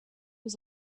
was